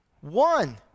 One